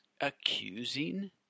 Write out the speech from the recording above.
accusing